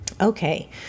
Okay